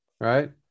right